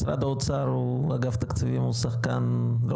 משרד האוצר ואגף תקציבים הוא שחקן לא